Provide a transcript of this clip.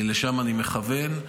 לשם אני מכוון.